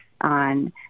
on